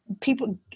people